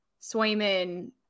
Swayman